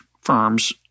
firms